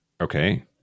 Okay